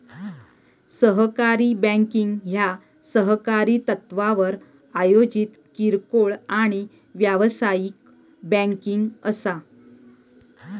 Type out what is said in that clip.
सहकारी बँकिंग ह्या सहकारी तत्त्वावर आयोजित किरकोळ आणि व्यावसायिक बँकिंग असा